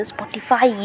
Spotify